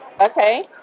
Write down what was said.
Okay